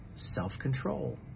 self-control